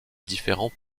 différents